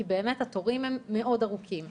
כי באמת התורים הם מאוד ארוכים.